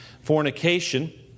fornication